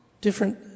different